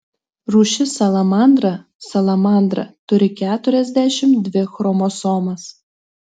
rūšis salamandra salamandra turi keturiasdešimt dvi chromosomas